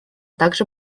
также